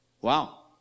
Wow